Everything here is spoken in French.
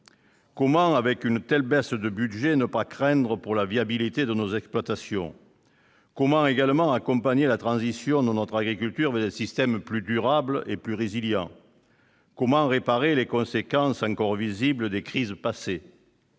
Comment, avec une telle baisse du budget, ne pas craindre pour la viabilité de nos exploitations ? Comment accompagner la transition de notre agriculture vers des systèmes plus durables et résilients ? Comment réparer les conséquences encore visibles des crises passées ?